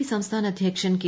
P സംസ്ഥാന അദ്ധ്യക്ഷൻ K